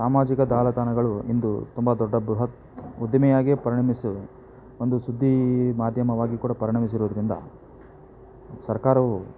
ಸಾಮಾಜಿಕ ಜಾಲತಾಣಗಳು ಇಂದು ತುಂಬ ದೊಡ್ಡ ಬೃಹತ್ ಉದ್ದಿಮೆಯಾಗಿ ಪರಿಣಮಿಸಿವೆ ಒಂದು ಸುದ್ದಿ ಮಾಧ್ಯಮವಾಗಿ ಕೂಡ ಪರಿಣಮಿಸಿರೋದರಿಂದ ಸರ್ಕಾರವೂ